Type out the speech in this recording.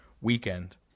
weekend